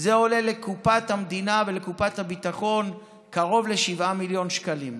עולה לקופת המדינה ולקופת הביטחון קרוב ל-7 מיליון שקלים,